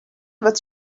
what